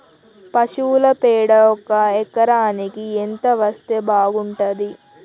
పశువుల పేడ ఒక ఎకరానికి ఎంత వేస్తే బాగుంటది?